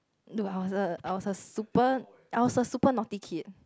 no I was a I was a super I was a super naughty kid